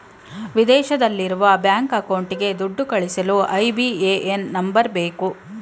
ವಿದೇಶದಲ್ಲಿರುವ ಬ್ಯಾಂಕ್ ಅಕೌಂಟ್ಗೆ ದುಡ್ಡು ಕಳಿಸಲು ಐ.ಬಿ.ಎ.ಎನ್ ನಂಬರ್ ಬೇಕು